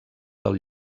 del